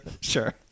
Sure